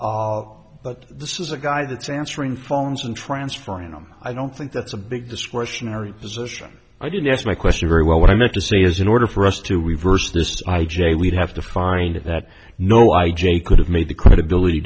but this is a guy that answering phones and transferring them i don't think that's a big discretionary position i didn't ask my question very well what i meant to say is in order for us to reverse this i j we'd have to find that no i j could have made the credibility